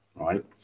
right